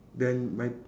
then my